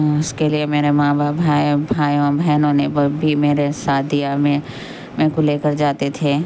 اس کے لیے میرے ماں باپ بھائیوں بہنوں نے بھی میرے ساتھ دیا میں میرے کو لے کر جاتے تھے